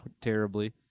terribly